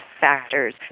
factors